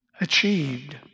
achieved